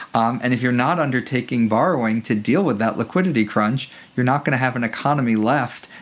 um and if you're not undertaking borrowing to deal with that liquidity crunch you're not going to have an economy left.